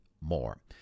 more